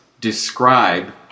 describe